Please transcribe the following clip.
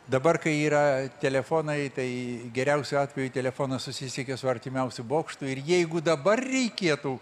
dabar kai yra telefonai tai geriausiu atveju telefonu susisiekia su artimiausiu bokštu ir jeigu dabar reikėtų